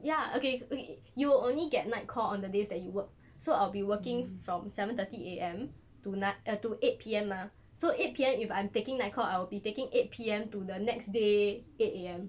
ya okay okay you'll only get night call on the days that you work so I'll be working from seven thirty A_M to to eight P_M mah so eight P_M if I'm taking night call I will be taking eight P_M to the next day eight A_M